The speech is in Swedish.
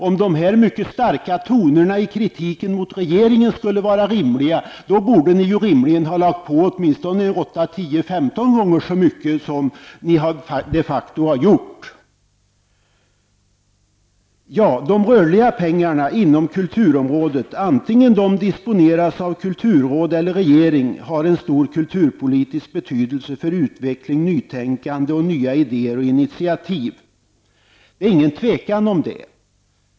Om dessa mycket starka toner i kritiken mot regeringen skulle vara befogade, borde ni rimligen ha lagt på åtminstone 8, 10 eller 15 gånger så mycket som ni de facto har gjort. De rörliga pengarna inom kulturområdet, vare sig de disponeras av kulturråd eller regering, har en stor kulturpolitisk betydelse för utveckling, nytänkande och nya idéer och initiativ. Det är inget tvivel om det.